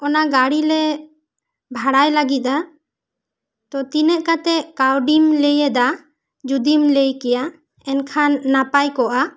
ᱚᱱᱟ ᱜᱟᱹᱰᱤ ᱞᱮ ᱵᱷᱟᱲᱟᱭ ᱞᱟᱹᱜᱤᱫᱼᱟ ᱛᱚ ᱛᱤᱱᱟᱹᱜ ᱠᱟᱛᱮᱜ ᱠᱟᱹᱣᱰᱤᱢ ᱞᱟᱹᱭ ᱮᱫᱟ ᱡᱩᱫᱤᱢ ᱞᱟᱹᱭ ᱠᱮᱭᱟ ᱮᱱᱠᱷᱟᱱ ᱱᱟᱯᱟᱭ ᱠᱚᱜᱼᱟ